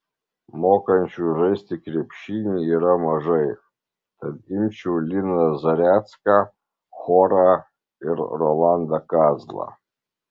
mokančių žaisti krepšinį yra mažai tad imčiau liną zarecką chorą ir rolandą kazlą